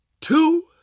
two